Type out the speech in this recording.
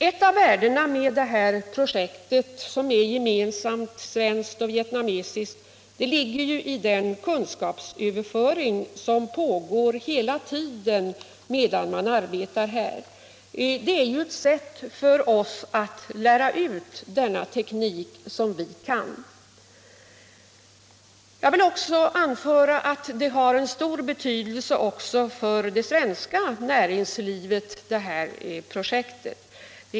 Ett av värdena med det här projektet, som är gemensamt svenskt och vietnamesiskt, ligger i den kunskapsöverföring som pågår hela tiden medan man arbetar. Det är ett sätt för oss att lära ut den teknik som vi kan. Jag vill också anföra att det här projektet har stor betydelse även för det svenska näringslivet.